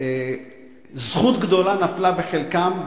זכות גדולה נפלה בחלקם,